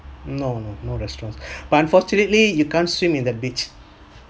no no no restaurants but unfortunately you can't swim in the beach